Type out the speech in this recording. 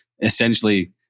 essentially